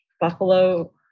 Buffalo